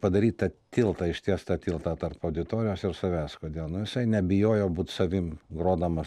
padaryt tą tiltą ištiest tą tiltą tarp auditorijos ir savęs kodėl nu jisai nebijojo būt savimi grodamas